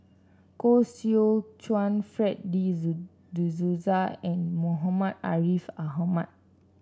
Koh Seow Chuan Fred De Souza and Muhammad Ariff Ahmad